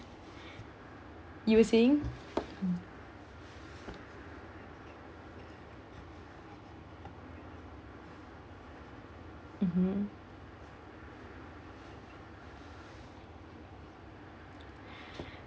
you were saying mmhmm